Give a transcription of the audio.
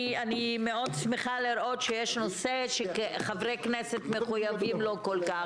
אני מאוד שמחה לראות שיש נושא שחברי כנסת מחויבים לו כל כך.